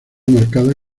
marcada